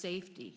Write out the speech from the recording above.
safety